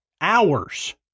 Hours